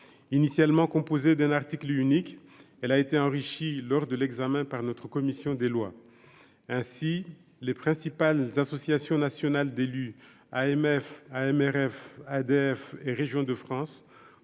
initialement composé d'un article unique, elle a été enrichi lors de l'examen par notre commission des lois, ainsi les principales associations nationales d'élus AMF AMRF ADF et régions de France